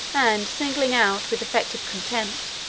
and singling out, with affected contempt,